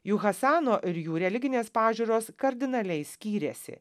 juk hasano ir jų religinės pažiūros kardinaliai skyrėsi